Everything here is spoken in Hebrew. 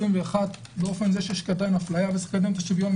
2021 באופן שיש עדיין הפליה וצריך לקדם את השוויון,